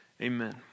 Amen